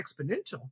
exponential